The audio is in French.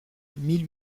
mille